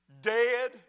dead